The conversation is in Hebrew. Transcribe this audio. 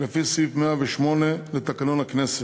לפי סעיף 108 לתקנון הכנסת.